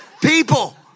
people